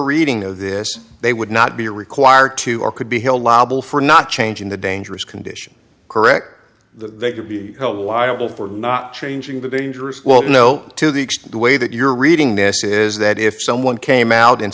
reading of this they would not be required to or could be held liable for not changing the dangerous condition correct or they could be held liable for not changing the dangerous well no to the extent the way that you're reading this is that if someone came out and